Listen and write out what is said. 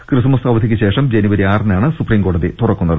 Christmas അവധിക്കുശേഷം ജനുവരി ആറിനാണ് സുപ്രീംകോടതി തുറക്കുന്നത്